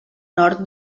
nord